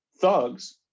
thugs